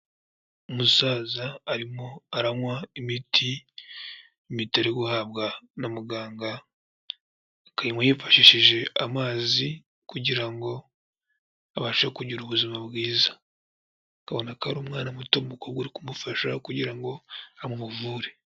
Umusaza arimo aranywa imiti, imiti ari guhabwa na muganga, akayinywa yifashishije amazi kugira ngo abashe kugira ubuzima bwiza. Ukabona ko ari umwana muto w'umukobwa uri kumufasha kugira ngo amuvure.